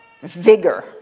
vigor